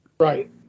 Right